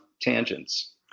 tangents